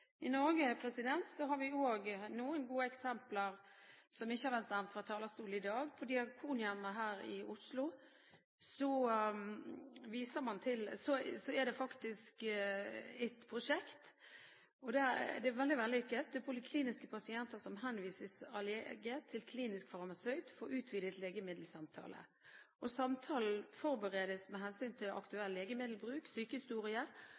I Norge har vi også noen gode eksempler som ikke har vært nevnt fra talerstolen i dag. Ved Diakonhjemmet her i Oslo er det faktisk et prosjekt – det er veldig vellykket – der polikliniske pasienter henvises av lege til en klinisk farmasøyt for utvidet legemiddelsamtale. Samtalen forberedes med hensyn til